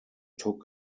took